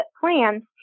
plans